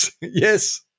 Yes